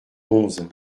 onze